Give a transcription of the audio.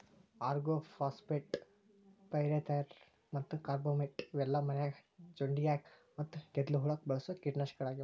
organophosphate, pyrethroid ಮತ್ತ carbamate ಇವೆಲ್ಲ ಮನ್ಯಾಗ ಜೊಂಡಿಗ್ಯಾ ಮತ್ತ ಗೆದ್ಲಿ ಹುಳಕ್ಕ ಬಳಸೋ ಕೇಟನಾಶಕಗಳಾಗ್ಯಾವ